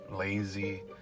Lazy